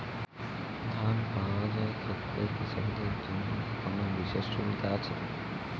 ঋণ পাওয়ার ক্ষেত্রে কৃষকদের জন্য কোনো বিশেষ সুবিধা আছে?